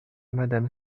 madame